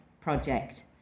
project